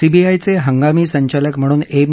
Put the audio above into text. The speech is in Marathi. सीबीआयचे हंगामी संचालक म्हणून एम